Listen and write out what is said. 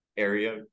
area